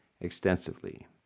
extensively